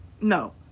No